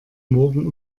morgen